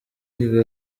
gaga